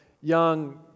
young